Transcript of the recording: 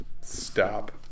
Stop